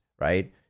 right